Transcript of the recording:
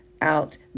out